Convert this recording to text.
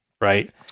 right